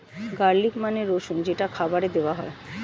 garlic মানে রসুন যেটা খাবারে দেওয়া হয়